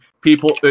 people